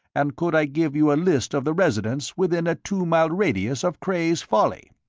and could i give you a list of the residents within a two-mile radius of cray's folly.